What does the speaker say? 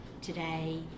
today